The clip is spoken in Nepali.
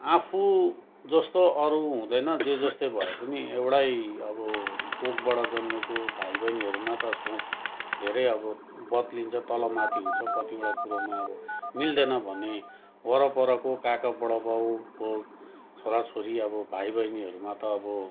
आफू जस्तो अरू हुँदैन जे जस्तै भए पनि एउटै अब कोखबाट जन्मेको भाइ बहिनीहरूमा त सोच धेरै अब बद्लिन्छ तल माथि हुन्छ कतिवटा कुरामा अब मिल्दैन भने वरपरको काका बडाबाउको छोरा छोरी अब भाइ बहिनीहरूमा त अब